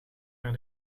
naar